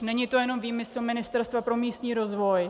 Není to jen výmysl Ministerstva pro místní rozvoj.